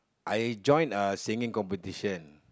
I join a singing competition